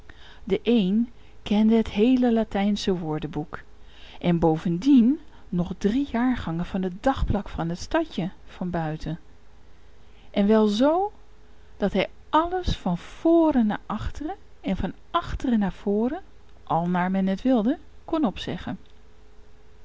de een kende het heele latijnsche woordenboek en bovendien nog drie jaargangen van het dagblad van het stadje van buiten en wel zoo dat hij alles van voren naar achteren en van achteren naar voren al naar men het wilde kon opzeggen